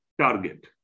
target